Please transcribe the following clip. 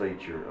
feature